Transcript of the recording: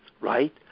right